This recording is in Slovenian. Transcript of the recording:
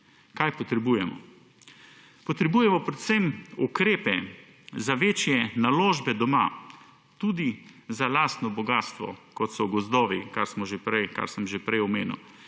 Kaj potrebujemo? Potrebujemo predvsem ukrepe za večje naložbe doma, tudi za lastno bogastvo kot so gozdovi, kar sem že prej omenil,